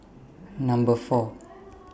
Number four